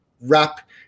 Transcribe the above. wrap